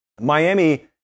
Miami